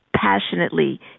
passionately